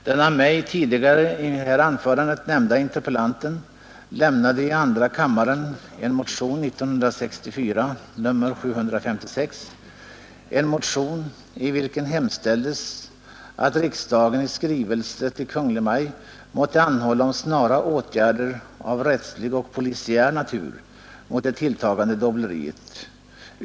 Den av mig tidigare i mitt anförande nämnda interpellanten lämnade 1964 i andra kammaren en motion nr 756, i vilken hemställdes att riksdagen i skrivelse till Kungl. Maj:t måtte anhålla om snara åtgärder av rättslig och polisiär natur mot det tilltagande dobbleriet.